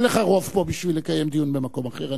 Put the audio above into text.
אין לך רוב פה בשביל לקיים דיון במקום אחר.